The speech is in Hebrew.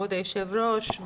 כבוד היושב-ראש,